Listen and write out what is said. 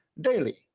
daily